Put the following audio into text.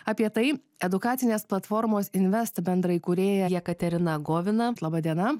apie tai edukacinės platformos invest bendraįkūrėja jekaterina govina laba diena